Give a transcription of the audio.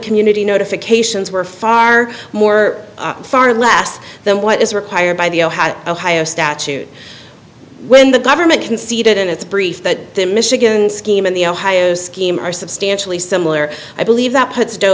community notifications were far more far less than what is required by the ohio ohio statute when the government conceded in its brief that michigan scheme and the ohio scheme are substantially similar i believe that puts